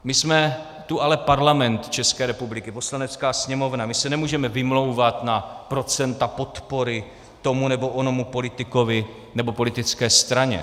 My jsme tu ale Parlament ČR, Poslanecká sněmovna, my se nemůžeme vymlouvat na procenta podpory tomu nebo onomu politikovi nebo politické straně.